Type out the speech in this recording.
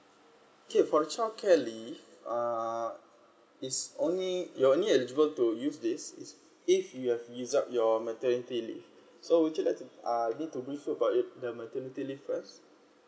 okay for a childcare leave uh is only you only eligible to use this is if you've use up your maternity leave so which let uh need to do use up your maternity leave first